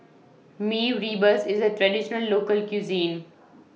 Mee Rebus IS A Traditional Local Cuisine